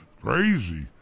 Crazy